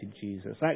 Jesus